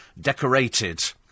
decorated